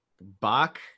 bach